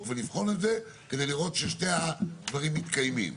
ולבחון את זה כדי לראות ששני הדברים מתקיימים.